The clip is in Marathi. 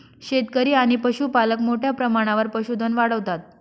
शेतकरी आणि पशुपालक मोठ्या प्रमाणावर पशुधन वाढवतात